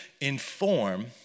inform